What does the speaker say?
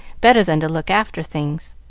better than to look after things.